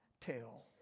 tell